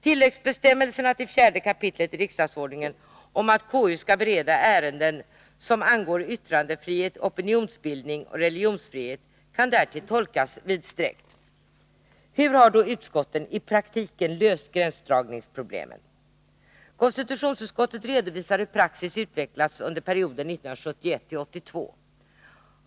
Tilläggsbestämmelserna till 4 kap. riksdagsordningen om att konstitutionsutskottet skall bereda ärenden ”som angår yttrandefrihet, opinionsbildning och religionsfrihet” kan därtill tolkas vidsträckt. Hur har då utskotten i praktiken löst gränsdragningsproblemen? Konstitutionsutskottet redovisar hur praxis utvecklats under perioden 1971-1982.